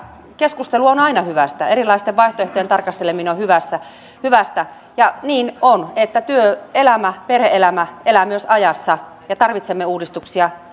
keskustelu on aina hyvästä erilaisten vaihtoehtojen tarkasteleminen on hyvästä niin on että työelämä perhe elämä elävät myös ajassa ja tarvitsemme uudistuksia